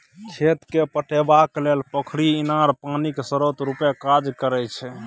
खेत केँ पटेबाक लेल पोखरि, इनार पानिक स्रोत रुपे काज करै छै